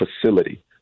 facility